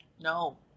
No